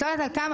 את יודעת,